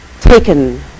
taken